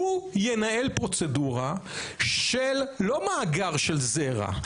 הוא ינהל פרוצדורה של לא מאגר של זרע,